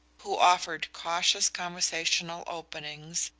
who offered cautious conversational openings,